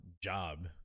job